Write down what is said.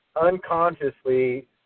unconsciously